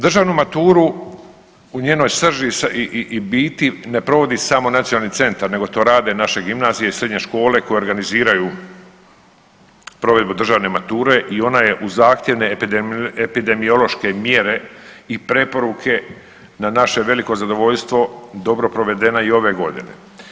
Državnu maturu u njenoj srži i biti ne provodi samo nacionalni centar nego to rade naše gimnazije i srednje škole koje organiziraju provedbu državne mature i ona je uz zahtjevne epidemiološke mjere i preporuke na naše veliko zadovoljstvo dobro provedena i ove godine.